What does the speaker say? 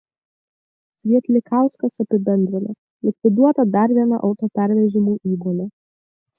svietlikauskas apibendrino likviduota dar viena autopervežimų įmonė